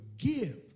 forgive